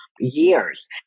years